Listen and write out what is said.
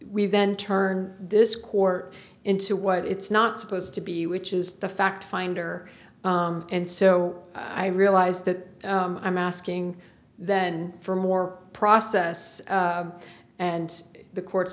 we then turn this court into what it's not supposed to be which is the fact finder and so i realize that i'm asking then for more process and the court